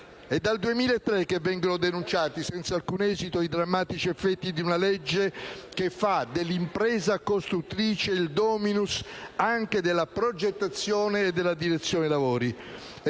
È dal 2003 che vengono denunciati, senza alcun esito, i drammatici effetti di una legge che fa dell'impresa costruttrice il *dominus* anche della progettazione e della direzione lavori.